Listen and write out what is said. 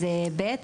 אז ב'.